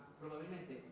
probabilmente